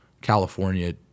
California